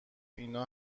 اینا